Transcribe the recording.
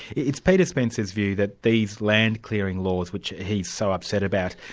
it's peter spencer's view that these land clearing laws which he's so upset about,